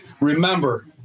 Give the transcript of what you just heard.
remember